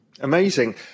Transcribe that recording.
Amazing